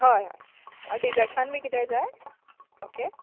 हय अय डिजट्सान बी कितें जाय ओके